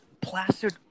plastered